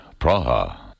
Praha. (